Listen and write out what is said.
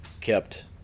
kept